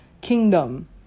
kingdom